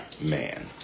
man